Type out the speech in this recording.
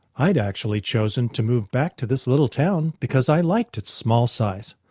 i'd actually chosen to move back to this little town because i liked its small size,